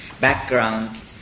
background